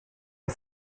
ihr